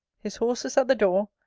his horses at the door.